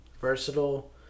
Versatile